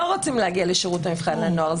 לא רוצים להגיע לשירות הבחן לנוער.